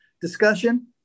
discussion